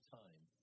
time